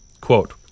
quote